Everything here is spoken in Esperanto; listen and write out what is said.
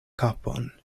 kapon